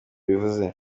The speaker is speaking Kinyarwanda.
bivuze